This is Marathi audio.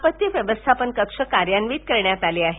आपत्ती व्यवस्थापन कक्ष कार्यान्वित करण्यात आले आहेत